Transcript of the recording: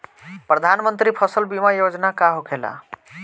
प्रधानमंत्री फसल बीमा योजना का होखेला?